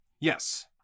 Yes